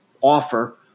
Offer